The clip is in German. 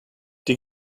die